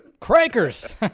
Crackers